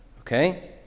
okay